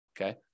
okay